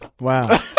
wow